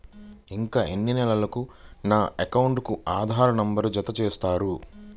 ఇంకా ఎన్ని నెలలక నా అకౌంట్కు ఆధార్ నంబర్ను జత చేస్తారు?